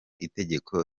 itegeko